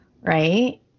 right